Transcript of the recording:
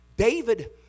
David